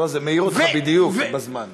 לא, זה מעיר אותך בדיוק בזמן.